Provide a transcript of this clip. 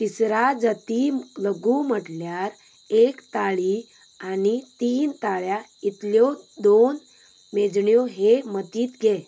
तिसरा जती लघु म्हटल्यार एक ताळी आनी तीन ताळ्या इतल्यो दोन मेजण्यो हें मतींत घे